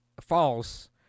false